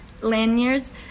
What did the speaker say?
lanyards